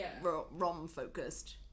rom-focused